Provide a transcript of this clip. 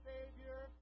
Savior